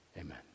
Amen